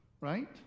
Right